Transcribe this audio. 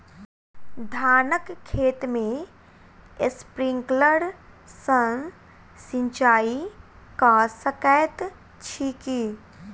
धानक खेत मे स्प्रिंकलर सँ सिंचाईं कऽ सकैत छी की?